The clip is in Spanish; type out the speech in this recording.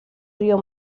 río